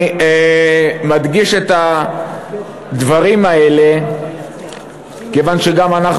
אני מדגיש את הדברים האלה כיוון שגם אנחנו